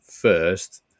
first